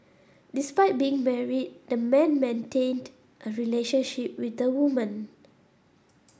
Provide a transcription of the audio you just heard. despite being married the man maintained a relationship with the woman